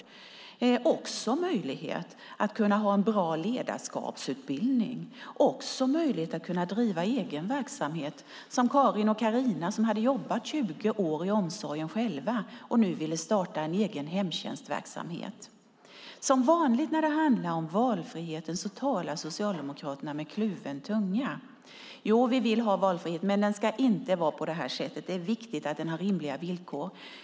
Det handlar också om möjligheter till en bra ledarskapsutbildning och till att kunna driva egen verksamhet, som Karin och Carina, som hade jobbat 20 år i omsorgen själva och nu ville starta en egen hemtjänstverksamhet. Som vanligt när det handlar om valfriheten talar Socialdemokraterna med kluven tunga. De vill ha valfrihet, men inte på det här sättet. Det är viktigt att den har rimliga villkor, säger de.